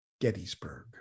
Gettysburg